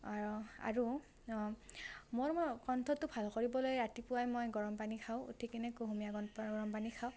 আৰু মোৰ কণ্ঠটো ভাল কৰিবলৈ ৰাতিপুৱাই মই গৰম পানী খাওঁ উঠি কিনে কুহুমীয়া গৰম পানী খাওঁ